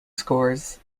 scores